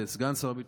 לסגן שר הביטחון,